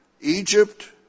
Egypt